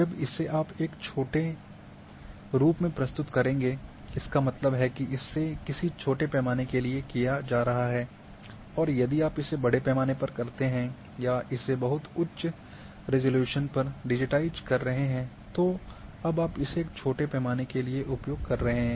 जब इसे आप एक छोटे रूप में प्रस्तुत करेंगे इसका मतलब है कि इसे किसी छोटे पैमाने के लिए किया जा रहा है और यदि आप इसे बड़े पैमाने पर करते हैं या इसे बहुत उच्च रेसॉल्युशन पर डिजिटाइज़ कर रहे हैं तो अब आप इसे एक छोटे पैमाने के लिए उपयोग कर रहे हैं